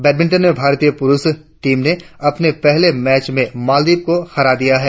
badminton में भारतीय पुरुष टीम ने अपने पहले मैच में मालदीव को हरा दिया है